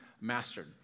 mastered